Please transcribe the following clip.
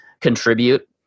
contribute